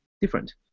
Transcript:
different